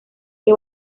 que